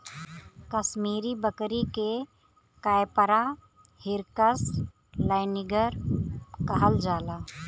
कसमीरी बकरी के कैपरा हिरकस लैनिगर कहल जाला